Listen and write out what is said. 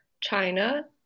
China